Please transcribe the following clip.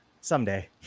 someday